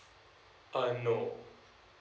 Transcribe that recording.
um no